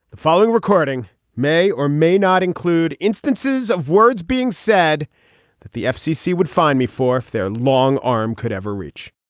the following recording may or may not include instances of words being said that the fcc would find me for if their long arm could ever reach